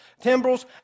timbrels